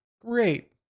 great